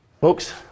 folks